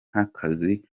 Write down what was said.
nk’akazi